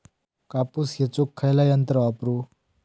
कापूस येचुक खयला यंत्र वापरू?